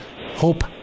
Hope